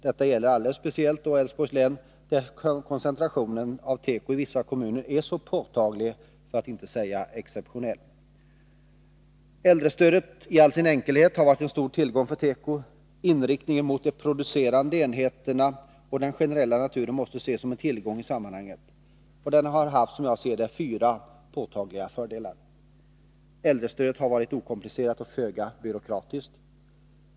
Detta gäller alldeles speciellt Älvsborgs län, där koncentrationen av tekoföretag i vissa kommuner är så påtaglig, för att inte säga exceptionell. Äldrestödet har i all sin enkelhet varit en stor tillgång för teko. Inriktningen mot de producerande enheterna och den generella naturen måste ses som en tillgång i sammanhanget. Äldrestödet har, som jag ser det, haft fyra påtagliga fördelar: Det har varit relativt okomplicerat och föga byråkratiskt.